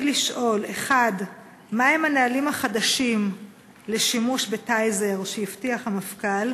לשאול: 1. מה הם הנהלים החדשים לשימוש ב"טייזר" שהבטיח המפכ"ל?